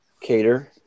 Cater